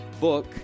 book